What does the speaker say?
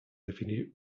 definir